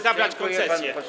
zabrać koncesję.